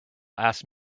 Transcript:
asked